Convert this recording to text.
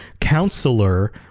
counselor